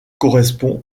correspond